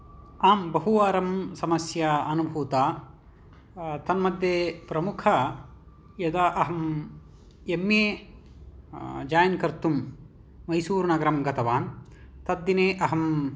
आम् बहुवारं समस्या अनुभूता तन्मध्ये प्रमुखः यदा अहं एम् ए जायिन् कर्तुं मैसूरुनगरं गतवान् तद्दिने अहम्